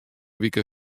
wike